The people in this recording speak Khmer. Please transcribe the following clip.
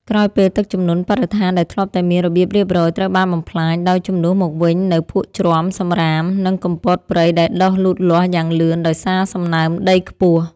ក្រោយពេលទឹកជំនន់ បរិស្ថានដែលធ្លាប់តែមានរបៀបរៀបរយត្រូវបានបំផ្លាញ ដោយជំនួសមកវិញនូវភក់ជ្រាំ សម្រាម និងគុម្ពោតព្រៃដែលដុះលូតលាស់យ៉ាងលឿនដោយសារសំណើមដីខ្ពស់។